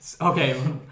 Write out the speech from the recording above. okay